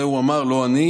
את זה הוא אמר, לא אני,